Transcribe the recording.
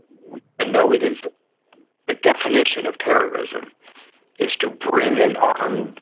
we know it is the definition of terrorism is to bring an arm,